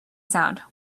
sound